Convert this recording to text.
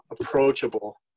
approachable